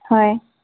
হয়